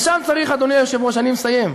לשם צריך, אדוני היושב-ראש, אני מסיים.